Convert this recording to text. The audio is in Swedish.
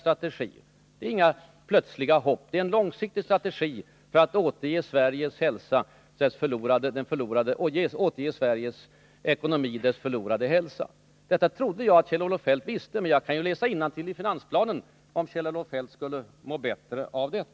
Den innehåller inga plötsliga hopp, utan den går ut på att återge Sveriges ekonomi dess förlorade hälsa. Jag trodde att Kjell-Olof Feldt visste detta, men jag kan läsa innantill ur finansplanen om Kjell-Olof Feldt mår bättre av det.